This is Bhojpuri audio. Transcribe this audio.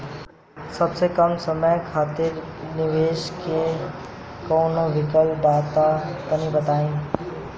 सबसे कम समय खातिर निवेश के कौनो विकल्प बा त तनि बताई?